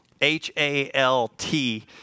H-A-L-T